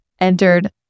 Entered